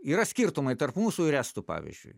yra skirtumai tarp mūsų ir estų pavyzdžiui